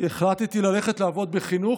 החלטתי ללכת לעבוד בחינוך,